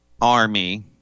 army